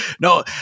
No